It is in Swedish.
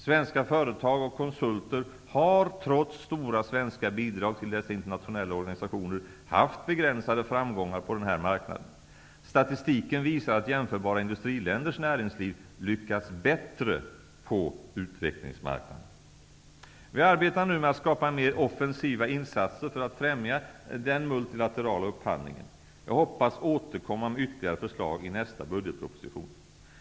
Svenska företag och konsulter har, trots stora svenska bidrag till dessa internationella organisationer, haft begränsade framgångar på den här marknaden. Statistiken visar att jämförbara industriländers näringsliv lyckas bättre på utvecklingsmarknaden. Vi arbetar nu med att skapa mer offensiva insatser för att främja den multilatera upphandlingen. Jag hoppas kunna återkomma med ytterligare förslag i nästa budgetproposition.